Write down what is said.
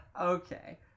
Okay